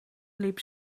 liep